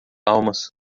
almas